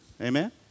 Amen